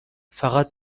فقط